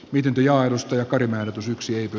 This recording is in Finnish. pidempi ja avustaja kari mänty syöksyykö